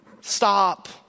Stop